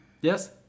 Yes